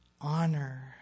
honor